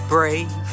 Brave